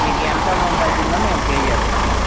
మీకెంత అమౌంట్ అవుతుందో మేము పే చేస్తాము